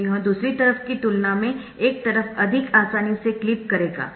तो यह दूसरी तरफ की तुलना में एक तरफ अधिक आसानी से क्लिप करेगा